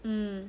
mm